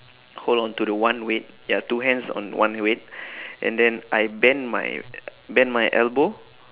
hold on to the one weight ya two hands on one weight and then I bend my bend my elbow